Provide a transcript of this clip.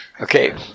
Okay